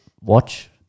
watch